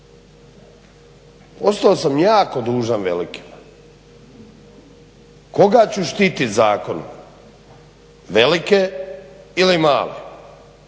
ostao sam jako dužan velikima. Koga ću štitit zakonom velike ili male?